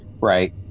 Right